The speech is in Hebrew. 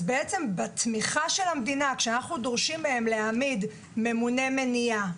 אז בעצם בתמיכה של המדינה כשאנחנו דורשים להעמיד ממונה מניעה,